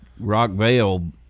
Rockvale